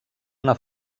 una